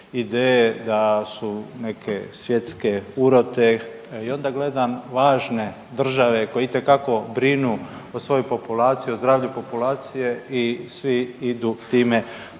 ideje da su neke svjetske urote. I onda gledam važne države koje itekako brinu o svojoj populaciji o zdravlju populacije i svi idu time